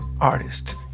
artist